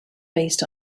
based